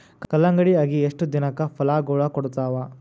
ಕಲ್ಲಂಗಡಿ ಅಗಿ ಎಷ್ಟ ದಿನಕ ಫಲಾಗೋಳ ಕೊಡತಾವ?